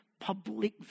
public